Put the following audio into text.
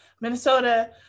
minnesota